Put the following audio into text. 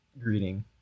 greeting